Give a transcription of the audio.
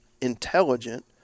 intelligent